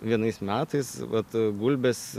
vienais metais vat gulbės